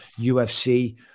ufc